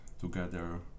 together